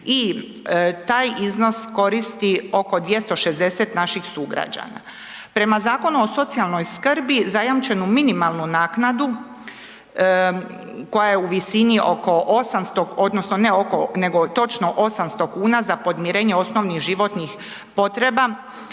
I taj iznos koristi oko 260 naših sugrađana. Prema Zakonu o socijalnoj skrbi zajamčenu minimalnu naknadu koja je u visini oko 800 odnosno ne oko nego točno 800,00 kn za podmirenje osnovnih životnih potreba,